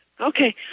Okay